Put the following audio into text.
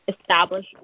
establish